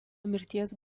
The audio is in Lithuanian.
mirties